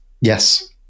yes